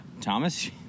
Thomas